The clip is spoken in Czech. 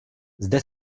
zde